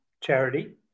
charity